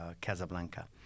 Casablanca